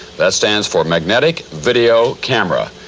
that stands for magnetic video camera.